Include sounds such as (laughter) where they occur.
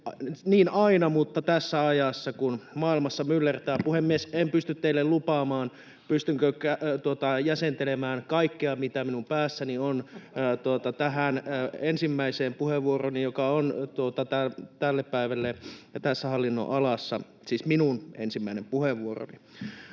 aina mutta eritoten tässä ajassa, kun maailmalla myllertää. — Puhemies, en pysty teille lupaamaan, pystynkö jäsentelemään kaikkea, mitä minun päässäni on, (laughs) tähän ensimmäiseen puheenvuorooni, joka on tälle päivälle ja tässä hallinnonalassa — siis minun ensimmäinen puheenvuoroni.